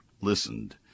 listened